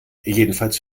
jedenfalls